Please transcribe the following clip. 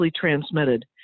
transmitted